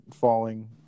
falling